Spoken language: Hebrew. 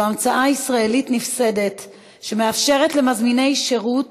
זו המצאה ישראלית נפסדת שמאפשרת למזמיני שירות